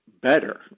better